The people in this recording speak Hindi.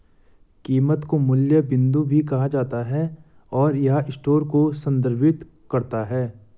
कीमत को मूल्य बिंदु भी कहा जाता है, और यह स्टोर को संदर्भित करता है